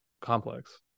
complex